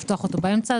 לפתוח אותו באמצע,